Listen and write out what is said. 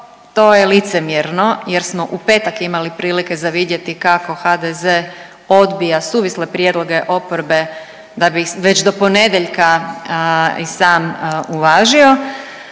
to je licemjerno jer smo u petak imali prilike za vidjeti kako HDZ odbija suvisle prijedloge oporbe da bi ih već do ponedjeljka i sam uvažio.